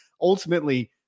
ultimately